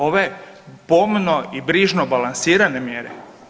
Ove pomno i brižno balansirane mjere?